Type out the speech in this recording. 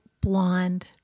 blonde